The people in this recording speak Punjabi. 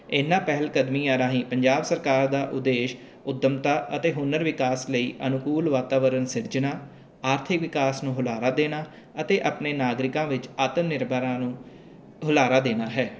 ਇਹਨਾਂ ਪਹਿਲਕਦਮੀਆਂ ਰਾਹੀਂ ਪੰਜਾਬ ਸਰਕਾਰ ਦਾ ਉਦੇਸ਼ ਉੱਦਮਤਾ ਅਤੇ ਹੁਨਰ ਵਿਕਾਸ ਲਈ ਅਨੁਕੂਲ ਵਾਤਾਵਰਨ ਸਿਰਜਣਾ ਆਰਥਿਕ ਵਿਕਾਸ ਨੂੰ ਹੁਲਾਰਾ ਦੇਣਾ ਅਤੇ ਆਪਣੇ ਨਾਗਰਿਕਾਂ ਵਿੱਚ ਆਤਮਨਿਰਭਰਤਾ ਨੂੰ ਹੁਲਾਰਾ ਦੇਣਾ ਹੈ